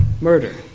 Murder